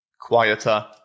quieter